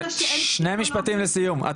אז אני